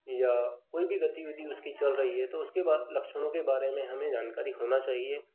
या कोई भी गतिविधि उसकी चल रही है तो उसके बा लक्षणों के बारे में हमें जानकारी होना चाहिए